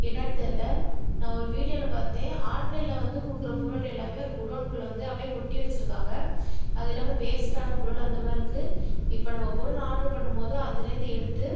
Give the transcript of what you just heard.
என்னன்னு தெரிலை நான் ஒரு வீடியோவில் பார்த்தேன் ஆன்லைனில் வந்து கொடுக்குற பொருள் எல்லாமே ஒரு குடோவ்ன்குள்ளே வந்து அப்படியே கொட்டி வச்சுருக்காங்க அது எல்லாமே வேஸ்டான பொருள் அந்த மாதிரி இருக்குது இப்போது நாம் ஒரு பொருள் ஆர்டர் பண்ணும் போது அதிலிருந்து எடுத்து